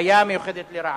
חיה מיוחדת לרעה.